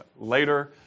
later